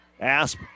Asp